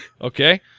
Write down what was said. Okay